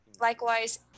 likewise